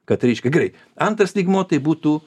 kad reiškia gerai antras lygmuo tai būtų